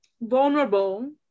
vulnerable